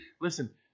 listen